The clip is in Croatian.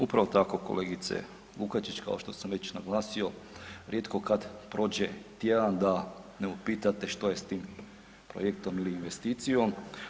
Upravo tako kolegice Lukačić, kao što sam već naglasio, rijetko kad prođe tjedan da ne upitate što je s tim projektom ili investicijom.